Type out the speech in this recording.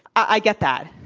i get that.